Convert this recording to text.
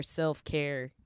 self-care